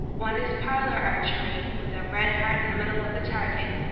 one is parlour archery, with a red heart in the middle of the target,